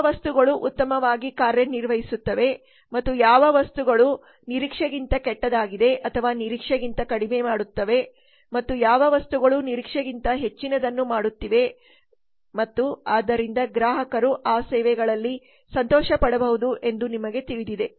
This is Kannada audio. ಯಾವವಸ್ತುಗಳು ಉತ್ತಮವಾಗಿಕಾರ್ಯನಿರ್ವಹಿಸುತ್ತಿವೆ ಮತ್ತು ಯಾವ ವಸ್ತುಗಳು ನಿರೀಕ್ಷೆಗಿಂತ ಕೆಟ್ಟದಾಗಿದೆ ಅಥವಾ ನಿರೀಕ್ಷೆಗಿಂತ ಕಡಿಮೆ ಮಾಡುತ್ತಿವೆ ಮತ್ತು ಯಾವ ವಸ್ತುಗಳು ನಿರೀಕ್ಷೆಗಿಂತ ಹೆಚ್ಚಿನದನ್ನು ಮಾಡುತ್ತಿವೆ ಮತ್ತು ಆದ್ದರಿಂದ ಗ್ರಾಹಕರು ಆ ಸೇವೆಗಳಲ್ಲಿ ಸಂತೋಷಪಡಬಹುದು ಎಂದು ನಿಮಗೆ ತಿಳಿದಿದೆ